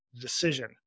decision